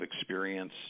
experience